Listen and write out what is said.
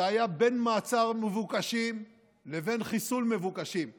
זה היה בין מעצר מבוקשים לבין חיסול מבוקשים בג'נין,